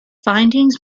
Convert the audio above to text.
findings